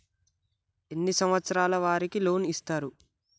ఎన్ని సంవత్సరాల వారికి లోన్ ఇస్తరు?